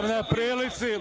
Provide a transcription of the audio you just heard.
vam na prilici